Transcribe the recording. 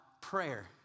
prayer